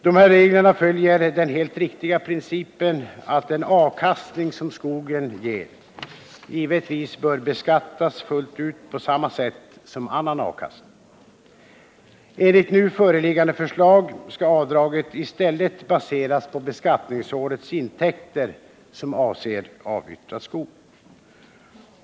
Dessa regler följer den helt riktiga principen att den avkastning som skogen ger givetvis bör beskattas fullt ut på samma sätt som annan avkastning. Enligt det nu föreliggande förslaget skall avdraget i stället baseras på beskattningsårets intäkter som avser avyttrad skog.